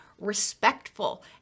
respectful